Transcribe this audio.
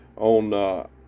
On